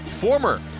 Former